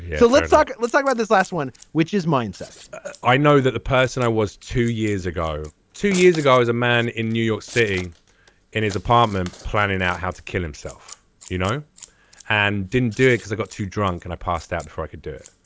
so let's talk let's talk like about this last one which is mindset i know that the person i was two years ago two years ago was a man in new york city in his apartment planning out how to kill himself you know and didn't do it because he got too drunk and i passed out before i could do it.